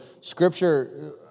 scripture